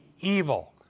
evil